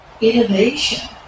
innovation